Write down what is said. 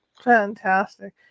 Fantastic